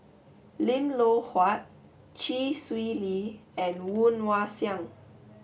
Lim Loh Huat Chee Swee Lee and Woon Wah Siang